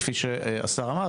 כפי שהשר אמר,